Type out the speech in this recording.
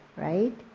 right?